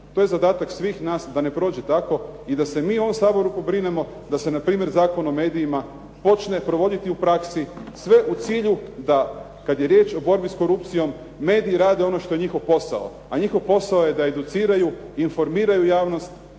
To je zadatak svih nas da ne prođe tako i da se mi u ovom Saboru pobrinemo da se npr. Zakon o medijima počne provoditi u praksi sve u cilju da kada je riječ o borbi sa korupcijom mediji rade ono što je njihov posao. A njihov posao je da educiraju, informiraju javnost,